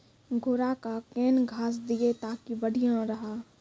घोड़ा का केन घास दिए ताकि बढ़िया रहा?